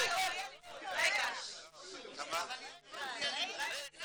ויש לי אישית אנשים שאני עוזרת להם,